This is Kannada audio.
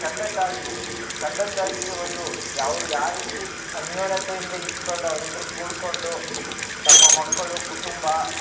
ತಂದೆ ತಾಯಿ ತಂದೆ ತಾಯಿಯ ಒಂದು ಯಾವ್ರ್ ಯಾವ ರೀತಿ ಅನ್ಯೋನ್ಯತೆಯಿಂದ ಇದ್ಕಂಡು ಅವ್ರಿವ್ರು ಕೂಡ್ಕೊಂಡು ತಮ್ಮ ಮಕ್ಕಳು ಕುಟುಂಬ